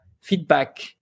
feedback